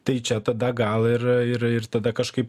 tai čia tada gal ir ir ir tada kažkaip